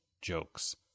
jokes